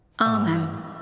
Amen